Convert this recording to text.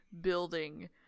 building